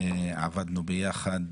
עבדנו ביחד